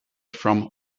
from